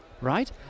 right